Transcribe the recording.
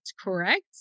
correct